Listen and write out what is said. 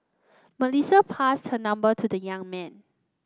Melissa passed her number to the young man